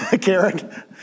Karen